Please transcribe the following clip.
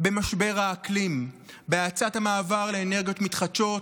במשבר האקלים, בהאצת המעבר לאנרגיות מתחדשות,